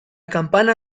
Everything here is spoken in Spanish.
campana